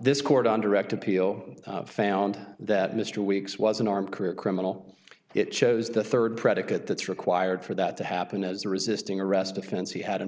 this court on direct appeal found that mr weeks was unarmed career criminal it chose the third predicate that's required for that to happen as a resisting arrest offense he had in